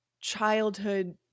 childhood